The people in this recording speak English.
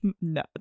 no